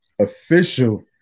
official